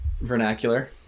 vernacular